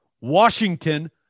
Washington